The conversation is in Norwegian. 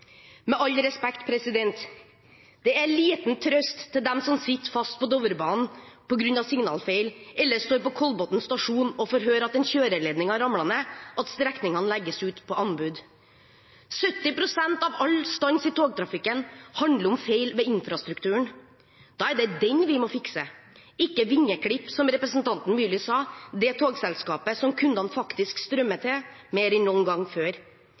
Med all respekt, det er liten trøst for dem som sitter fast på Dovrebanen på grunn av signalfeil, eller står på Kolbotn stasjon og får høre at en kjøreledning har ramlet ned, at strekningene legges ut på anbud. 70 pst. av all stans i togtrafikken handler om feil ved infrastrukturen. Da er det denne vi må fikse, og ikke vingeklippe – som representanten Myrli sa – det togselskapet som kundene faktisk strømmer til mer enn noen gang før.